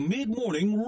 Mid-Morning